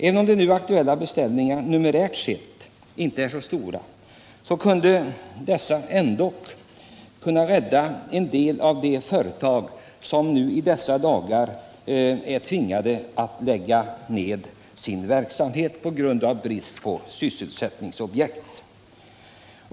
Även om de nu aktuella beställningarna numerärt sett inte är så stora skulle de ändock kunna rädda en del av de företag som i dessa dagar är tvingade att lägga ned sin verksamhet på grund av brist på sysselsättningsobjekt.